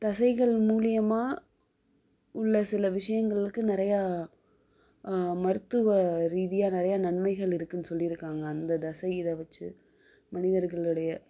தசைகள் மூலியமாக உள்ள சில விஷயங்களுக்கு நிறையா மருத்துவ ரீதியாக நிறையா நன்மைகள் இருக்குன்னு சொல்லிருக்காங்க அந்த தசை இதை வச்சு முனிவர்களுடைய